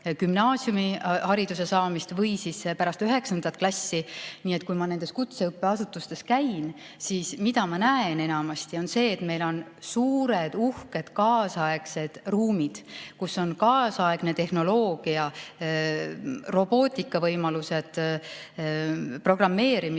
gümnaasiumihariduse saamist või pärast üheksandat klassi. Kui ma nendes kutseõppeasutustes käin, siis enamasti ma näen, et meil on suured, uhked, kaasaegsed ruumid, kus on kaasaegne tehnoloogia, robootikavõimalused, programmeerimise